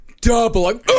double